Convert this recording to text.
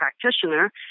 practitioner